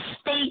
state